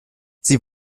sie